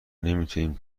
نمیتونیم